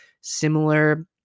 similar